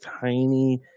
tiny